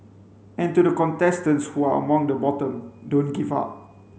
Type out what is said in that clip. and to the contestants who are among the bottom don't give up